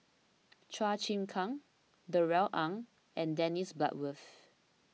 Chua Chim Kang Darrell Ang and Dennis Bloodworth